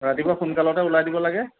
ৰাতিপুৱা সোনকালতে ওলাই দিব লাগে